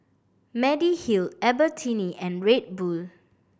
Mediheal Albertini and Red Bull